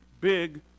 big